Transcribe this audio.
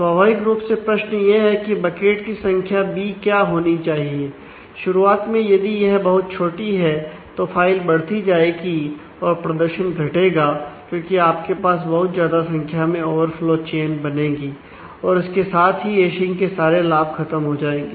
स्वाभाविक रूप से प्रश्न यह है कि बकेट की संख्या बी बनेंगी और इसके साथ ही हैशिंग के सारे लाभ खत्म हो जाएंगे